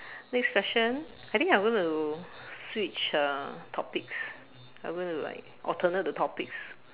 next question I think I going to switch uh topics I'm going to like alternate the topics